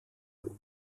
monde